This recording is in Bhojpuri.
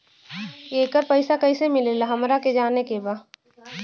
येकर पैसा कैसे मिलेला हमरा के जाने के बा?